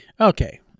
Okay